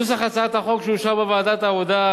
נוסח הצעת החוק שאושר בוועדת העבודה,